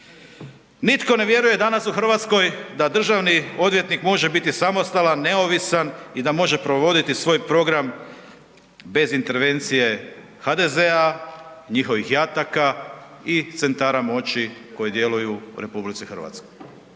Nitko ne vjeruje danas u Hrvatskoj da državni odvjetnik može biti samostalan, neovisan i da može provoditi svoj program bez intervencije HDZ-a, njihovih jataka i centara moći koji djeluju u RH. I to